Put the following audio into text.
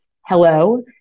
hello